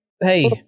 hey